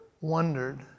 wondered